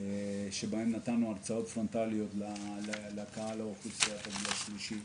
שבהם נתנו הרצאות פרונטליות לקהל מאוכלוסיית הגיל השלישי.